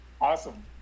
Awesome